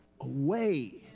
away